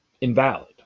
invalid